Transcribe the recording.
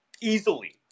easily